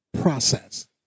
process